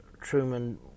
Truman